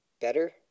better